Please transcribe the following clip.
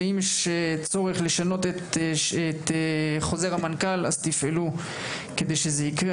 ואם יש צורך לשנות את חוזר המנכ"ל אז תפעלו כדי שזה יקרה.